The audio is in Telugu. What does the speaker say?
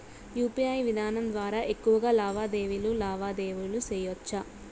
యు.పి.ఐ విధానం ద్వారా ఎక్కువగా లావాదేవీలు లావాదేవీలు సేయొచ్చా?